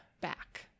back